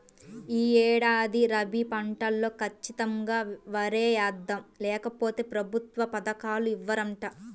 యీ ఏడాది రబీ పంటలో ఖచ్చితంగా వరే యేద్దాం, లేకపోతె ప్రభుత్వ పథకాలు ఇవ్వరంట